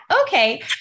okay